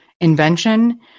invention